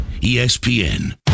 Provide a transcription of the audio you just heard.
ESPN